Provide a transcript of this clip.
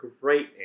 great